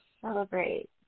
celebrate